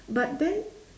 but then